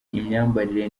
imyambarire